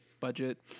budget